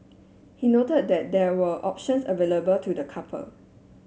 he noted that there were options available to the couple